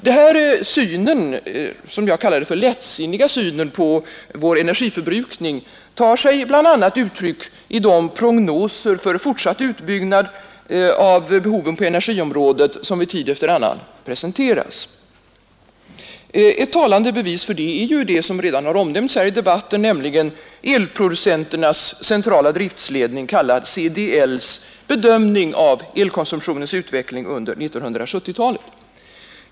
Denna — som jag kallar det lättsinniga — syn på vår energiförbrukning tar sig bl.a. uttryck i de prognoser för fortsatt ökning av behoven på energiområdet som vi tid efter annan presenteras. Ett talande bevis för det är ju det som redan har omnämnts här i debatten, nämligen den bedömning som elproducenternas centrala driftledning, CDL, har gjort av elkonsumtionens utveckling under 1970-talet.